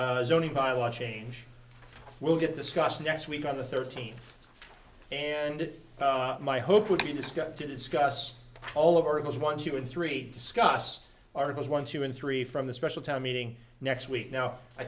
law change will get discussed next week on the thirteenth and my hope would be discussed to discuss all of articles one two and three discuss articles one two and three from the special town meeting next week now i